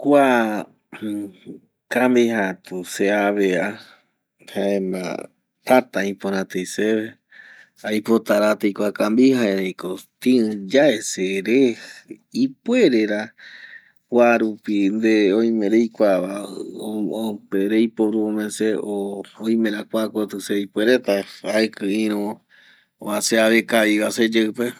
Kua camija atu se ave jaema tata ipora tei seve aipota ara tei kua camija erei tï yae sere ipuere ra kua rupi nde oime reikuava reiporu omese ˂Hesitation˃ oimera kua koti sepuereta aeki iru se avï kavi va seyeipe.